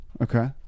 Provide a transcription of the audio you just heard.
Okay